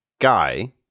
guy